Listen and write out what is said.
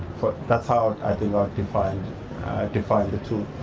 that's how i think i define and define the two.